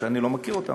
שאני לא מכיר אותן,